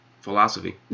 philosophy